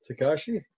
Takashi